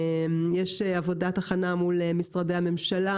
יש עבודת הכנה מול משרדי הממשלה,